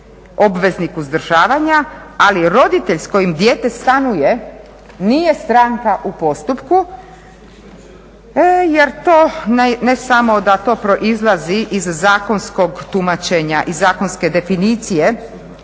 obveznik uzdržavanja. Ali roditelj s kojim dijete stanuje nije stranka u postupku jer to, ne samo da to proizlazi iz zakonskog tumačenja, iz zakonske definicije